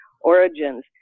Origins